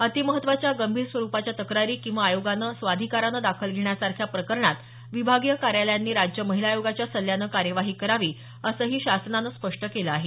अतिमहत्वाच्या गंभीर स्वरूपाच्या तक्रारी किंवा आयोगानं स्वाधीकारानं दखल घेण्यासारख्या प्रकरणात विभागीय कार्यालयांनी राज्य महिला आयोगाच्या सल्ल्यानं कार्यवाही करावी असंही शासनानं स्पष्ट केलं आहे